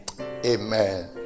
Amen